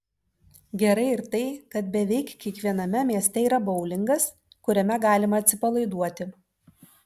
gerai ir tai kad beveik kiekviename mieste yra boulingas kuriame galima atsipalaiduoti